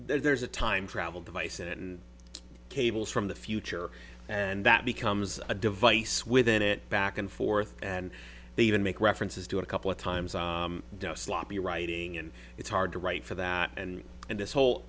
there's a time travel device and cables from the future and that becomes a device within it back and forth and they even make references to a couple of times i don't sloppy writing and it's hard to write for that and in this whole